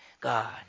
God